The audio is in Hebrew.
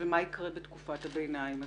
ומה יקרה בתקופת הביניים הזאת?